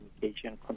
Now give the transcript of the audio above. communication